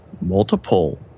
multiple